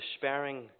despairing